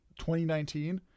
2019